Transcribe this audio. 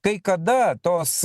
kai kada tos